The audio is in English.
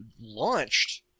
launched